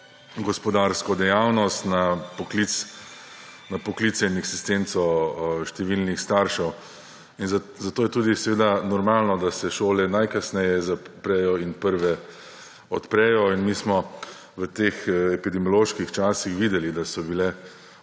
gospodarsko dejavnost, na poklice in eksistenco številnih staršev. Zato je tudi normalno, da se šole najkasneje zaprejo in prve odprejo. Mi smo v teh epidemioloških časih videli, da so bile